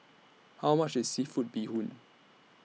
How much IS Seafood Bee Hoon